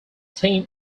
team